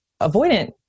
avoidant